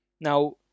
now